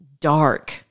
dark